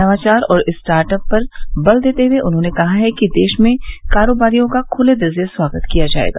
नवाचार और startup पर बल देते हुए उन्होंने कहा कि देश में कारोबारियों का खुले दिल से स्वागत किया जाएगा